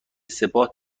سپاه